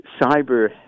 cyber